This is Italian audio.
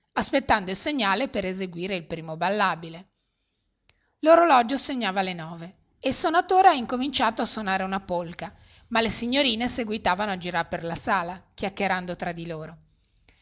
aspettando il segnale per eseguire il primo ballabile l'orologio segnava le nove e il sonatore ha incominciato a sonare una polca ma le signorine seguitavano a girar per la sala chiacchierando tra di loro